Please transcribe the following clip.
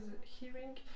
hearing